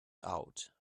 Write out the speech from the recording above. out